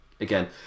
Again